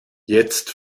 jetzt